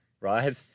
Right